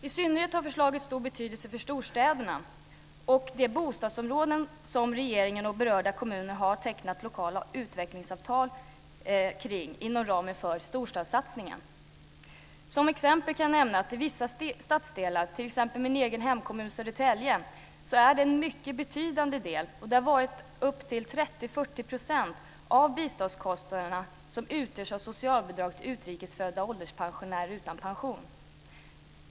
I synnerhet har förslaget stor betydelse för storstäderna och de bostadsområden som regeringen och berörda kommuner har tecknat lokala utvecklingsavtal kring inom ramen för storstadssatsningen. Som exempel kan nämnas att i vissa stadsdelar, t.ex. min egen hemkommun Södertälje, är det en mycket betydande del, 30-40 %, av biståndskostnaderna som utgörs av socialbidrag till utrikesfödda ålderspensionärer utan pension.